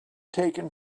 taken